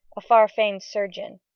a far famed surgeon,